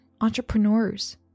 entrepreneurs